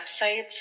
websites